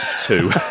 Two